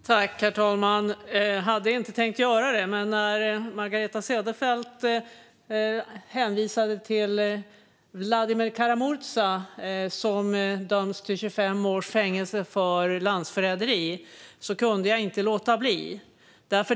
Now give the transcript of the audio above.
Herr talman! Jag hade inte tänkt begära replik, men när Margareta Cederfelt hänvisade till Vladimir Kara-Murza som dömts till 25 års fängelse för landsförräderi kunde jag inte låta bli. Herr talman!